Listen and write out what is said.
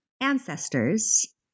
ancestors